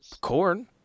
Corn